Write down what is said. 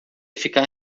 ficar